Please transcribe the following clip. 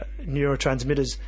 neurotransmitters